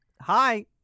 Hi